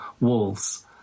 walls